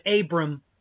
Abram